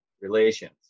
relations